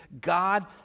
God